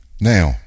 Now